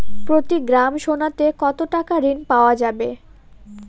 প্রতি গ্রাম সোনাতে কত টাকা ঋণ পাওয়া যাবে?